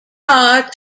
carr